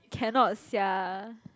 cannot sia